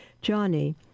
Johnny